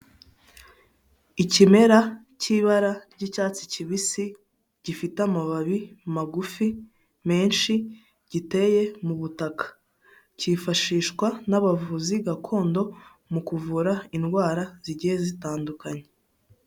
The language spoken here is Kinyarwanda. Ikimera cy'ibara ry'icyatsi kibisi, gifite amababi magufi, menshi, giteye mu butaka, cyifashishwa n'abavuzi gakondo mu kuvura indwara zigiye zitandukanye.